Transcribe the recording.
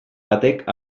batek